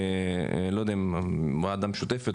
ולא יודע אם ועדה משותפת,